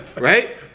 Right